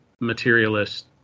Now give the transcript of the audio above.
materialist